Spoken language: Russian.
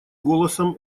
голосом